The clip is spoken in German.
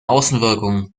außenwirkung